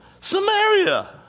Samaria